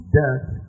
death